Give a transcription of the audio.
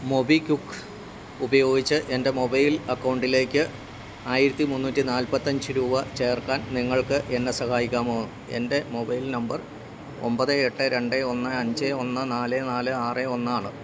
MobiKwik ഉപയോഗിച്ച് എന്റെ mobile അക്കൗണ്ടിലേക്ക് ആയിരത്തി മുന്നൂറ്റി നാല്പത്തഞ്ച് രൂപ ചേർക്കാൻ നിങ്ങൾക്ക് എന്നെ സഹായിക്കാമോ എൻ്റെ മൊബൈൽ നമ്പർ ഒമ്പത് എട്ട് രണ്ട് ഒന്ന് അഞ്ച് ഒന്ന് നാല് നാല് ആറ് ഒന്ന് ആണ്